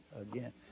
again